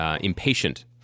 impatient